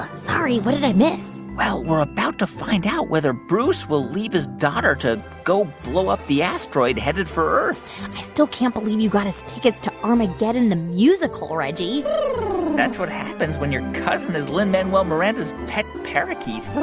sorry. what did i miss? well, we're about to find out whether bruce will leave his daughter to go blow up the asteroid headed for earth i still can't believe you got us tickets to armageddon the musical, reggie that's what happens when your cousin is lin-manuel miranda's pet parakeet